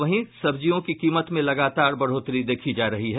वहीं सब्जियों की कीमत में लगातार बढ़ोतरी देखी जा रही है